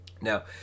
Now